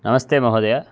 नमस्ते महोदय